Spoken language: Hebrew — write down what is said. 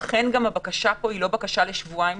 לכן הבקשה היא לא בקשה לשבועיים,